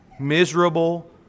miserable